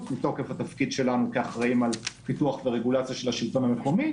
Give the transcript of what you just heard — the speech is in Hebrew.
מתוקף התפקיד שלנו כאחראים על פיתוח ורגולציה של השלטון המקומי,